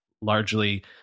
largely